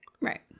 Right